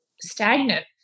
stagnant